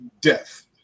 death